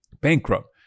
Bankrupt